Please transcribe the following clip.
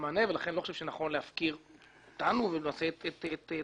פיתרון ולכן אני לא חושב שנכון להפקיר אותנו ולמעשה את המגדלים.